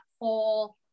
whole